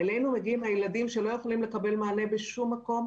אלינו מגיעים הילדים שלא יכולים לקבל מענה בשום מקום,